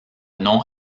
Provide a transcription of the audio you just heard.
nom